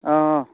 অঁ